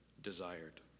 desired